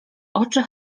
oczy